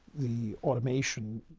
the automation,